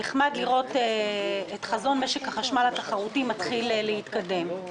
נחמד לראות את חזון משק החשמל התחרותי מתחיל להתקדם.